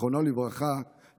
זיכרונו לברכה,